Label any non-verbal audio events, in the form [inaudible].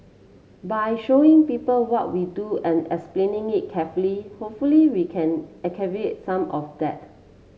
by showing people what we do and explaining it carefully hopefully we can [unintelligible] some of that